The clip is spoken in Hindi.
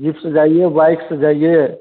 जीप से जाइए बाइक से जाइए